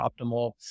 optimal